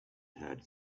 had